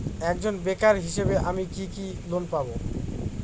একজন বেকার হিসেবে আমি কি কি ঋণ পাব?